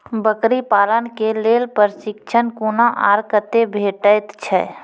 बकरी पालन के लेल प्रशिक्षण कूना आर कते भेटैत छै?